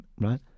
right